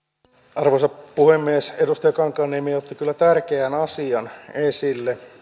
arvoisa puhemies edustaja kankaanniemi otti kyllä tärkeän asian esille